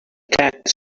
cat